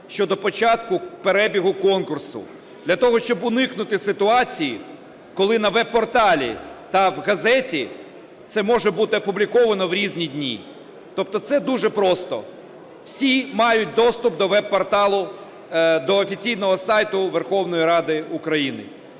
щодо початку перебігу конкурсу для того, щоб уникнути ситуації, коли на веб-порталі та в газеті це може бути опубліковано в різні дні. Тобто це дуже просто. Всі мають доступ до веб-порталу, до офіційного сайту Верховної Ради України,